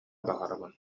баҕарабын